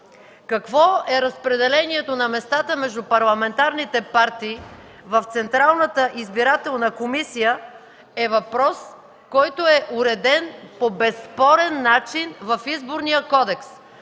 какво е разпределението на местата между парламентарните партии в Централната избирателна комисия е въпрос, който е уреден по безспорен начин в Изборния кодекс.